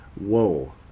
Whoa